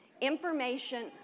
information